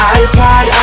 iPod